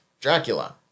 Dracula